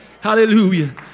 Hallelujah